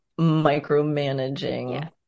micromanaging